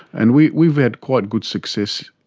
and we've we've had quite good success,